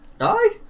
Aye